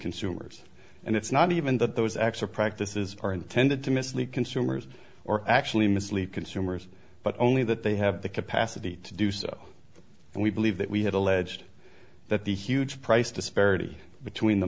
consumers and it's not even that those acts are practices are intended to mislead consumers or actually mislead consumers but only that they have the capacity to do so and we believe that we had alleged that the huge price disparity between the